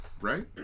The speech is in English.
right